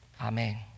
Amen